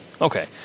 Okay